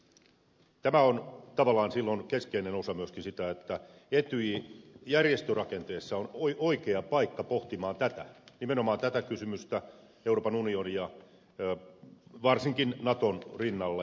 tämä on tavallaan silloin keskeinen osa myöskin sitä että etyj on järjestörakenteessa oikea paikka pohtimaan nimenomaan tätä kysymystä euroopan unionin ja varsinkin naton rinnalla